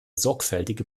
sorgfältige